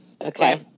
Okay